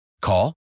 Call